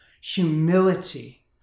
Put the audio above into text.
humility